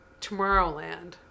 Tomorrowland